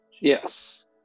Yes